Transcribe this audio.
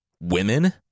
women